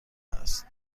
است